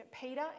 Peter